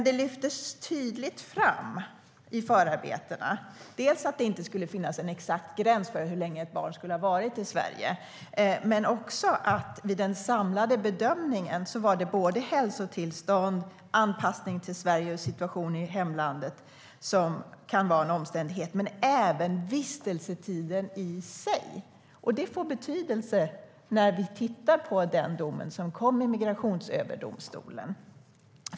Det lyftes tydligt fram i förarbetena att det inte skulle finnas en exakt gräns för hur länge ett barn skulle ha varit i Sverige, men att man vid den samlade bedömningen skulle beakta inte bara hälsotillstånd, anpassning till Sverige och situationen i hemlandet utan även vistelsetid. Detta får betydelse med tanke på den aktuella domen i Migrationsöverdomstolen.